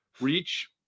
reach